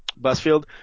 Busfield